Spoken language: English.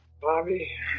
Bobby